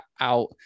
out